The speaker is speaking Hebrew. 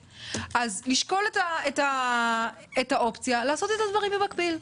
אז יש לשקול את האופציה לעשות את דברים במקביל.